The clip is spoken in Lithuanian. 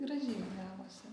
gražiai gavosi